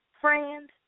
friend